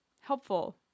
helpful